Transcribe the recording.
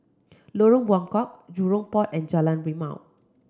Lorong Buangkok Jurong Port and Jalan Rimau